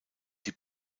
die